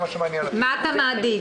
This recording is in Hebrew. מה אתה מעדיף,